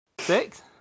Six